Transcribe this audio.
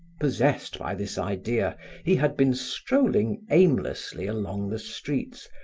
possessed by this idea, he had been strolling aimlessly along the streets,